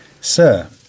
Sir